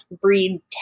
breed